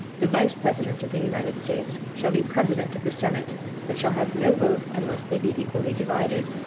the vice-president of the united states shall be president of the senate, but shall have no vote, unless they be equally divided.